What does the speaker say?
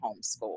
homeschool